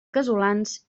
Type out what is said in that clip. casolans